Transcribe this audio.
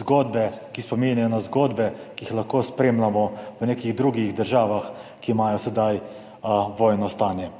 zgodbe, ki spominjajo na zgodbe, ki jih lahko spremljamo v nekih drugih državah, ki imajo sedaj vojno stanje.